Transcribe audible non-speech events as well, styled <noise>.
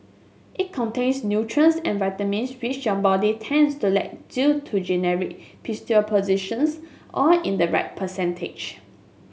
it contains nutrients and vitamins which your body tends to lack due to <unintelligible> all in the right percentage